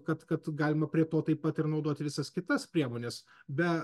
kad kad galima prie to taip pat ir naudoti visas kitas priemones be